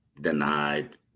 denied